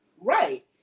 right